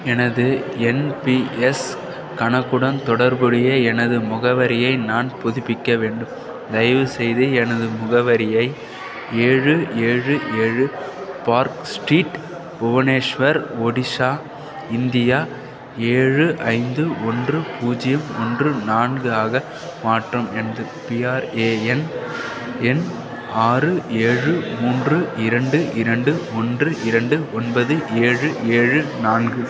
எனது N P S கணக்குடன் தொடர்புடைய எனது முகவரியை நான் புதுப்பிக்க வேண்டும் தயவுசெய்து எனது முகவரியை ஏழு ஏழு ஏழு park street Bhubaneswar Odisha India ஏழு ஐந்து ஒன்று பூஜ்ஜியம் ஒன்று நான்கு ஆக மாற்றவும் எனது பிஆர்ஏஎன் எண் ஆறு ஏழு மூன்று இரண்டு இரண்டு ஒன்று இரண்டு ஒன்பது ஏழு ஏழு நான்கு